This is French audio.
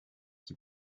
qui